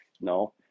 No